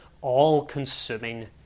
all-consuming